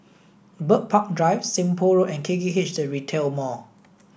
Bird Park Drive Seng Poh Road and K K H The Retail Mall